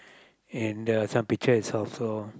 and the some pictures is also